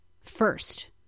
First